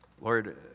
Lord